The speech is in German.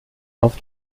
auf